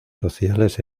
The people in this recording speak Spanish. sociales